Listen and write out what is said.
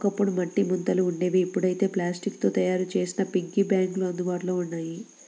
ఒకప్పుడు మట్టి ముంతలు ఉండేవి ఇప్పుడైతే ప్లాస్టిక్ తో తయ్యారు చేసిన పిగ్గీ బ్యాంకులు అందుబాటులో ఉన్నాయి